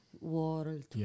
world